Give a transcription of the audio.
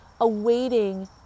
awaiting